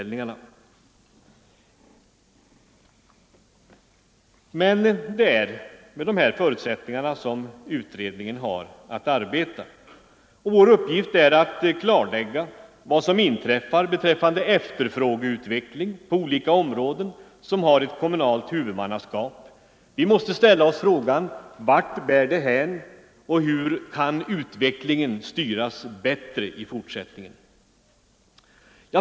Det är emellertid med de här förutsättningarna utredningen har att arbeta. Vår uppgift är att klarlägga vad som inträffar beträffande efterfrågeutveckling på de olika områden som har ett kommunalt huvudmannaskap. Vi måste ställa oss frågan: Vart bär det hän och hur kan utvecklingen styras bättre i fortsättningen?